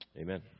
Amen